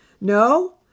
No